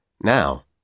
Now